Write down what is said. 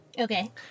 Okay